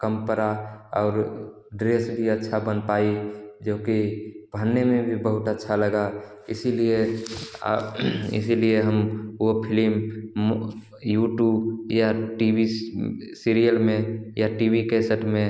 कम पड़ा और ड्रेस भी अच्छा बन पाई जो कि पहनने में भी बहुत अच्छा लगा इसीलिए इसीलिए हम वह फिलिम यूटूब या टीवी सीरियल में या टीवी कैसेट में